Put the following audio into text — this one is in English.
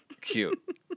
Cute